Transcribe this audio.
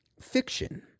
fiction